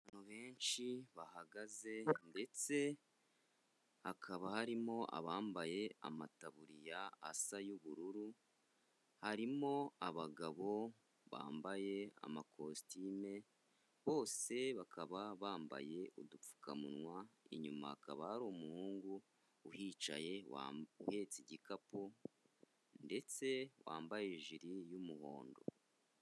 Abantu benshi bahagaze, ndetse hakaba harimo abambaye amataburiya asa y'ubururu, harimo abagabo bambaye amakositime, bose bakaba bambaye udupfukamunwa, inyuma hakaba hari umuhungu uhicaye uhetse igikapu, ndetse wambaye jiri y'umuhondo.